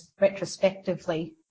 retrospectively